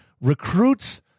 recruits